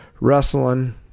wrestling